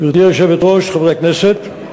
גברתי היושבת-ראש, חברי הכנסת,